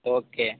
okay